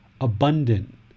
abundant